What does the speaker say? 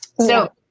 So-